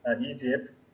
Egypt